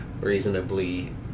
reasonably